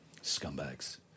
Scumbags